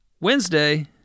Wednesday